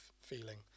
feeling